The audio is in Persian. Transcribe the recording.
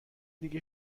دیگه